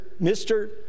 Mr